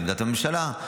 לעמדת הממשלה,